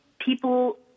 People